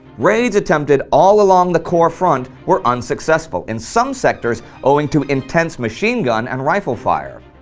raids attempted all along the corps front were unsuccessful, in some sectors owing to intense machine gun and rifle fire